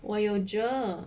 我有 J_E_R